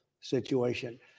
situation